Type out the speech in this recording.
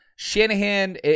Shanahan